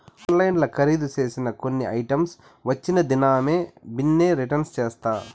ఆన్లైన్ల కరీదు సేసిన కొన్ని ఐటమ్స్ వచ్చిన దినామే బిన్నే రిటర్న్ చేస్తా